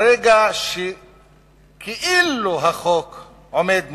ברגע שהחוק כאילו עומד מולם,